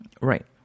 Right